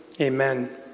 amen